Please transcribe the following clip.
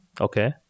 Okay